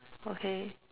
okay